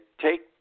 take